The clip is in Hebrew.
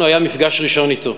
לנו זה היה מפגש ראשון אתו.